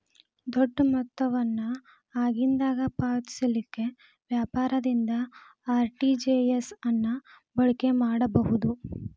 ದೊಡ್ಡ ಮೊತ್ತವನ್ನು ಆಗಿಂದಾಗ ಪಾವತಿಸಲಿಕ್ಕೆ ವ್ಯಾಪಾರದಿಂದ ಆರ್.ಟಿ.ಜಿ.ಎಸ್ ಅನ್ನ ಬಳಕೆ ಮಾಡಬಹುದು